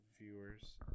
viewers